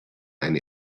eine